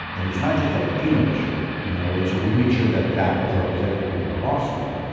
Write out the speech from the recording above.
and it's not just a latino issue, you know? and so we made sure that that was represented within our lawsuit.